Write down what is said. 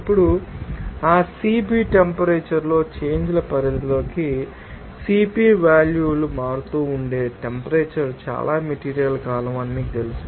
ఇప్పుడు ఆ CP temperature లో చేంజ్ ల పరిధికి CP వాల్యూ లు మారుతూ ఉండే టెంపరేచర్ చాలా మెటీరియల్ కాలం అని మీకు తెలుసు